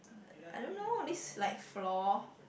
I don't know this is like floor